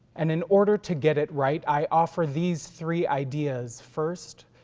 and in order to get it right i offer these three ideas. first,